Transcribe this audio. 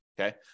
Okay